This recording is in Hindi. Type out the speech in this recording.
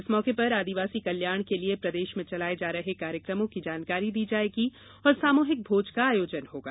इस मौके पर आदिवासी कल्याण के लिये प्रदेश में चलाए जा रहे कार्यक्रमों की जानकारी दी जाएगी और सामूहिक भोज का आयोजन होगा